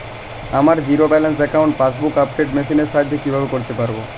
আমার zero balance অ্যাকাউন্টে passbook update machine এর সাহায্যে কীভাবে করতে পারব?